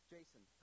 Jason